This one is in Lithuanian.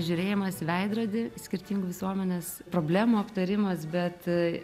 žiūrėjimas į veidrodį skirtingų visuomenės problemų aptarimas bet